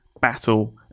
battle